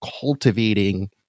cultivating